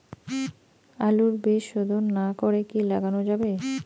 আলুর বীজ শোধন না করে কি লাগানো যাবে?